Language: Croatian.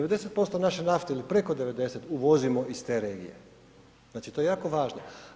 90% naše nafte ili preko 90 uvozimo iz te regije, to je jako važno.